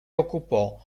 occupò